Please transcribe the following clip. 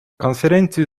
конференции